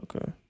Okay